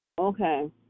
Okay